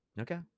Okay